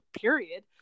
period